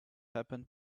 happened